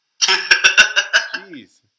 jeez